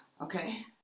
Okay